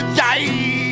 die